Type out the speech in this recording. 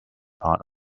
part